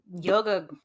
yoga